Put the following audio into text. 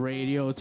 Radio